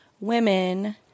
women